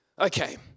okay